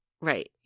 Right